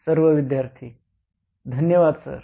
सर्व विद्यार्थीः धन्यवाद सर